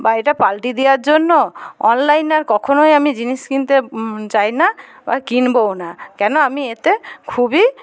বা এটা পাল্টিয়ে দিওয়ার জন্য অনলাইন আর কখনোই আমি জিনিস কিনতে চাই না বা কিনবোও না কেন আমি এতে খুবই